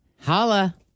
holla